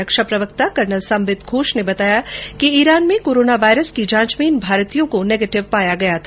रक्षा प्रवक्ता कर्नल संबित घोष ने बताया कि ईरान में कोरोना वायरस की जांच में इन भारतीयों को नेगेटिव पाया गया था